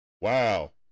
Wow